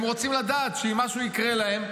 הם רוצים לדעת שאם משהו יקרה להם,